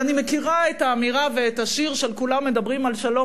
ואני מכירה את האמירה ואת השיר ש"כולם מדברים על שלום,